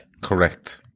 Correct